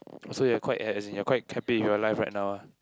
so you're quite as as in you're quite happy with your life right now ah